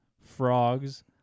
frogs